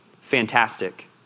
Fantastic